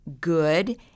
good